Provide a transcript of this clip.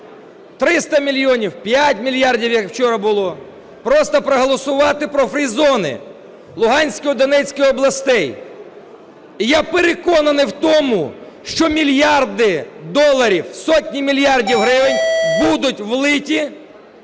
300 мільйонів, в 5 мільярдів, як вчора було, просто проголосувати про фрі-зони Луганської і Донецької областей. І я переконаний в тому, що мільярди доларів, сотні мільярдів гривень будуть влиті